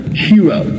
hero